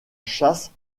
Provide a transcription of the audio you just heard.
chasse